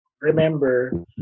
remember